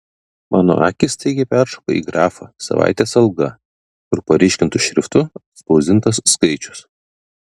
mano akys staigiai peršoka į grafą savaitės alga kur paryškintu šriftu išspausdintas skaičius